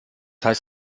heißt